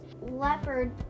Leopard